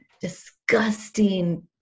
disgusting